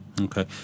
Okay